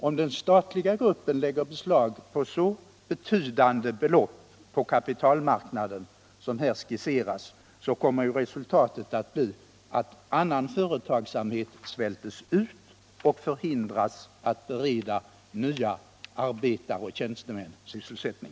Om den statliga gruppen lägger beslag på så betydande belopp på kapitalmarknaden som här skisseras, så kommer ju resultatet att bli att annan företagsamhet svältes ut och förhindras att bereda nya arbetare och tjänstemän sysselsättning.